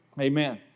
Amen